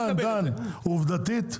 2. עובדתית,